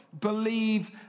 believe